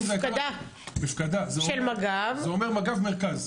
זה אומר מג"ב-מרכז.